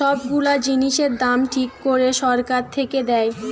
সব গুলা জিনিসের দাম ঠিক করে সরকার থেকে দেয়